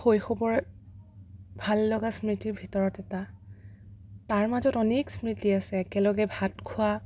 শৈশৱৰ ভাললগা স্মৃতিৰ ভিতৰত এটা তাৰ মাজত অনেক স্মৃতি আছে একেলগে ভাত খোৱা